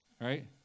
right